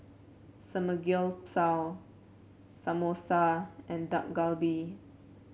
Samgyeopsal Samosa and Dak Galbi